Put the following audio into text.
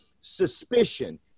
suspicion